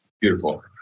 Beautiful